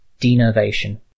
denervation